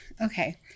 Okay